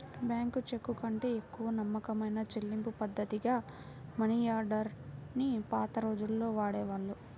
bank చెక్కుకంటే ఎక్కువ నమ్మకమైన చెల్లింపుపద్ధతిగా మనియార్డర్ ని పాత రోజుల్లో వాడేవాళ్ళు